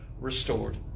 restored